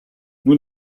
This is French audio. nous